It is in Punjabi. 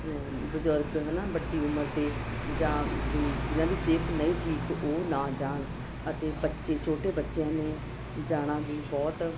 ਬਜ਼ੁਰਗ ਹੈ ਨਾ ਵੱਡੀ ਉਮਰ ਦੇ ਜਾਂ ਜਿਨ੍ਹਾਂ ਦੀ ਸਿਹਤ ਨਹੀਂ ਠੀਕ ਉਹ ਨਾ ਜਾਣ ਅਤੇ ਬੱਚੇ ਛੋਟੇ ਬੱਚਿਆਂ ਨੂੰ ਜਾਣਾ ਵੀ ਬਹੁਤ